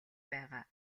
байгаа